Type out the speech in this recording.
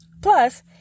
Plus